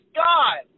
god